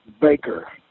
Baker